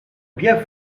bien